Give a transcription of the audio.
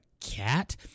cat